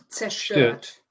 Zerstört